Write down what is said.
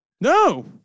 No